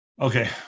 Okay